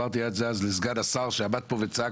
אמרתי זאת אז לסגן השר שעמד פה וצעק,